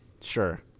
Sure